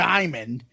Diamond